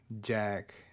Jack